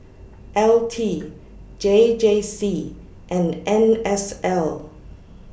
L T J J C and N S L